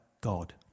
god